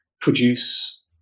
produce